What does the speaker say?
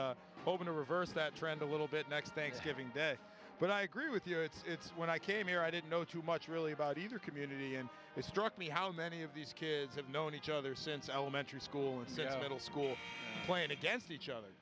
but hoping to reverse that trend a little bit next thanksgiving day but i agree with you it's when i came here i didn't know too much really about either community and it struck me how many of these kids have known each other since elementary school except middle school playing against each other